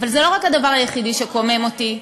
אבל זה לא הדבר היחידי שקומם אותי.